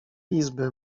izby